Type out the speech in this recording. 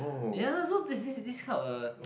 ya lah so this this this kind of a